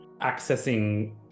Accessing